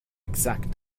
exact